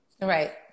Right